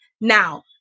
now